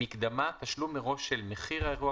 "מקדמה" תשלום מראש של מחיר האירוע,